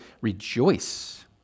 rejoice